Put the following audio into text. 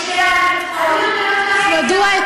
ידוע,